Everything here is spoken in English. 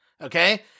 Okay